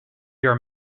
your